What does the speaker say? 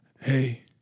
Hey